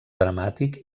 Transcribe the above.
dramàtic